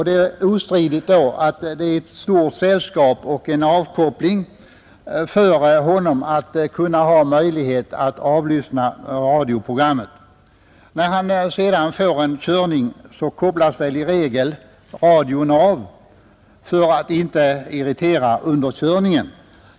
Det är ostridigt ett stort sällskap och en avkoppling för honom att ha möjlighet att avlyssna radioprogrammet. När han sedan får en körning kopplas i regel radion av för att inte irritera under körningen.